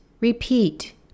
repeat